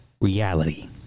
reality